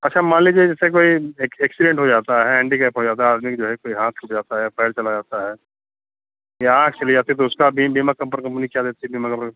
अच्छा मान लीजिए जैसे कोई एक्सिडेंट हो जाता है हैंडीकैप हो जाता है आदमी के जो है कोई हाथ टूट जाता है पैर चला जाता है या आँख चली जाती है तो उसका भी बीमा कम्पनी क्या देती है बीमा कम्पनी